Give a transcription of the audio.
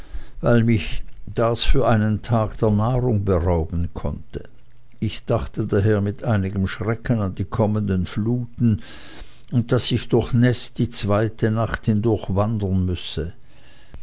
weil das mich für einen tag der nahrung berauben konnte ich dachte daher mit einigem schrecken an die kommenden fluten und daß ich durchnäßt die zweite nacht hindurch wandern müsse